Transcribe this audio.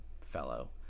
fellow